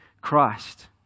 Christ